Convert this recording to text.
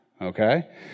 Okay